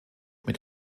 mit